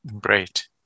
Great